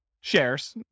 shares